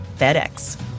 FedEx